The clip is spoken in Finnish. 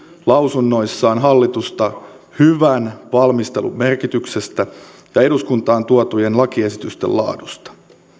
lausunnoissaan hallitusta hyvän valmistelun merkityksestä ja eduskuntaan tuotujen lakiesitysten laadusta